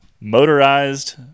Motorized